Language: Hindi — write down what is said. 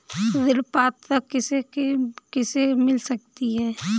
ऋण पात्रता किसे किसे मिल सकती है?